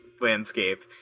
landscape